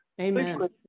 Amen